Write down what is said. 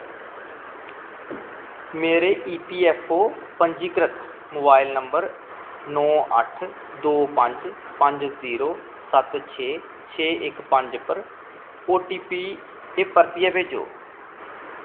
मेरे ईपीऐफ्फओ पंजीकृत mobile number नौ अट्ठ दो पंज पंज जीरो सत्त छे छे इक पंज पर ओटीपी ऐ परतियै भेजो